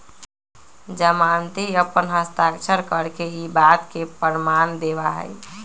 जमानती अपन हस्ताक्षर करके ई बात के प्रमाण देवा हई